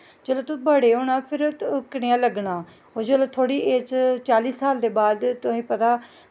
जिसलै तूं बड्डे होना कनेहा लग्गना जिसले तुआढ़ी ऐज़ चाली साल दे बाद तुसेंगी पता